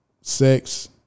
Sex